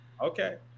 okay